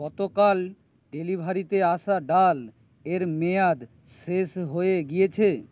গতকাল ডেলিভারিতে আসা ডাল এর মেয়াদ শেষ হয়ে গিয়েছে